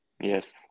Yes